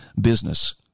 business